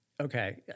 Okay